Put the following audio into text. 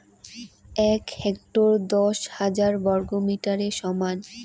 এক হেক্টর দশ হাজার বর্গমিটারের সমান